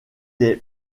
est